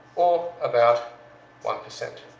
or about one percent.